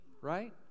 right